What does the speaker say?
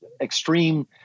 extreme